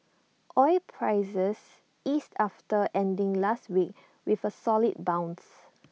oil prices eased after ending last week with A solid bounce